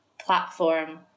platform